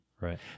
right